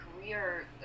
career